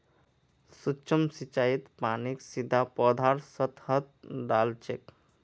सूक्ष्म सिंचाईत पानीक सीधा पौधार सतहत डा ल छेक